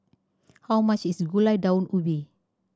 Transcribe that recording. how much is Gulai Daun Ubi